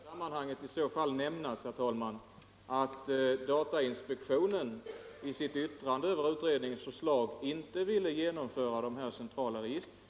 Herr talman! I så fall vill jag i sammanhanget nämna att datainspektionen i sitt yttrande över utredningens förslag inte ville genomföra de här centrala registren.